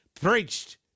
preached